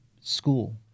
school